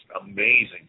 amazing